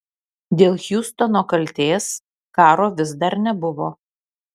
dėl hiustono kaltės karo vis dar nebuvo